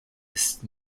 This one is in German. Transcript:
ist